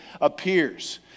appears